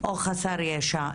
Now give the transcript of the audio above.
או חסר ישע.